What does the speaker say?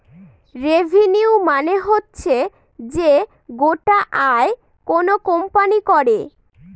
revenue মানে হচ্ছে যে গোটা আয় কোনো কোম্পানি করে